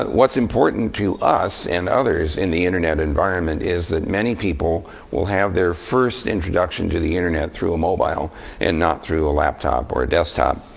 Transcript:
what's important to us and others in the internet environment is that many people will have their first introduction to the internet through a mobile and not through a laptop or a desktop.